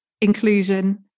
inclusion